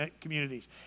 communities